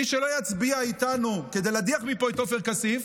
מי שלא יצביע איתנו כדי להדיח מפה את עופר כסיף,